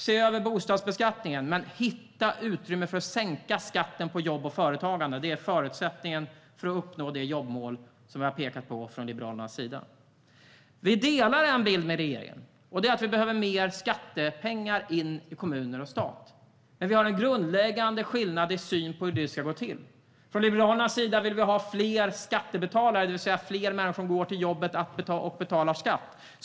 Se över bostadsbeskattningen, men hitta utrymme för att sänka skatten på jobb och företagande! Det är förutsättningen för att uppnå det jobbmål som vi i Liberalerna har pekat på. Vi har samma bild som regeringen; det behövs mer skattepengar till kommuner och stat. Men vi har en grundläggande skillnad i synen på hur det ska gå till. Liberalerna vill ha fler skattebetalare, det vill säga fler människor som går till jobbet och betalar skatt.